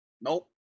Nope